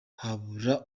habura